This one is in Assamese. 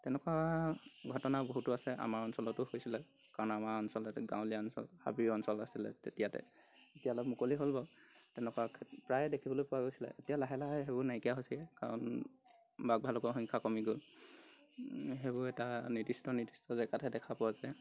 তেনেকুৱা ঘটনা বহুতো আছে আমাৰ অঞ্চলতো হৈছিলে কাৰণ আমাৰ অঞ্চল এটি গাঁৱলীয়া অঞ্চল হাবি অঞ্চল আছিলে তেতিয়াতে এতিয়া অলপ মুকলি হ'ল বাৰু তেনেকুৱা প্ৰায় দেখিবলৈ পোৱা গৈছিলে এতিয়া লাহে লাহে সেইবোৰ নাইকিয়া হৈছে কাৰণ বাঘ ভালুকৰ সংখ্যা কমি গ'ল সেইবোৰ এটা নিৰ্দিষ্ট নিৰ্দিষ্ট জেগাতহে দেখা পোৱা যায়